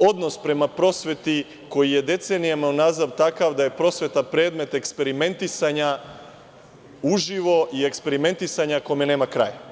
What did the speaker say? odnos prema prosveti koji je decenijama unazad takav da je prosveta predmet eksperimentisanja uživo i eksperimentisanja u kome nema kraja.